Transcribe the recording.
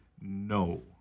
No